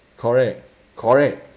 correct correct